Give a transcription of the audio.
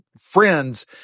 friends